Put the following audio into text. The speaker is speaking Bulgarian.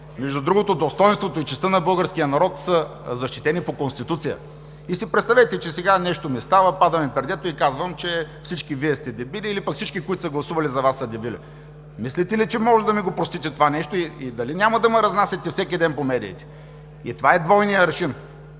Между другото, достойнството и честта на българския народ са защитени по Конституция. И си представете, че сега нещо ми става, пада ми пердето и казвам, че всички Вие сте дебили или пък всички, които са гласували за Вас, са дебили. Мислите ли, че можете да ми простите това нещо и дали няма да ме разнасяте всеки ден по медиите? Това е двойният аршин: